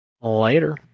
Later